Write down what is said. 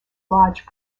lodge